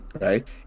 right